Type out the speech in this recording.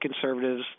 conservatives